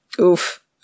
Oof